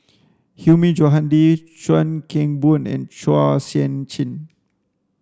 Hilmi Johandi Chuan Keng Boon and Chua Sian Chin